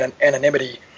anonymity